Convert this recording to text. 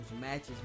matches